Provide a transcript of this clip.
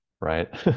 right